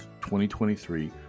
2023